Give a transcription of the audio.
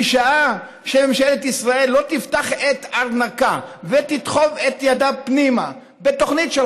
עד אשר ממשלת ישראל לא תפתח את ארנקה ותדחוף את ידה פנימה בתוכנית של